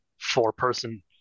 four-person